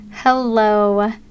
Hello